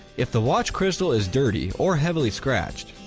if the watch crystal is dirty or heavily scratched,